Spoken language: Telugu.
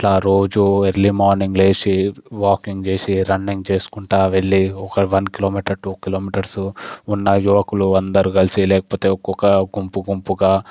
ఇట్లా రోజూ ఎర్లీ మార్నింగ్ లేచి వాకింగ్ చేసి రన్నింగ్ చేసుకుంటూ వెళ్ళి ఒక వన్ కిలోమీటర్ టు కిలోమీటర్స్ ఉన్న యువకులు అందరు కలిసి లేకపోతే ఒక్కొక్క గుంపు గుంపుగా